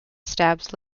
stabs